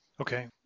Okay